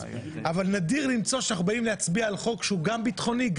אבל נדיר למצוא שאנחנו באים להצביע על חוק שהוא גם ביטחוני,